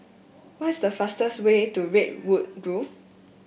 what is the fastest way to Redwood Grove